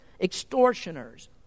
extortioners